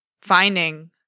finding